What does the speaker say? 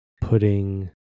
putting